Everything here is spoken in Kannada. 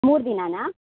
ಮೂರು ದಿನಾನ